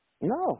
No